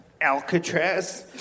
Alcatraz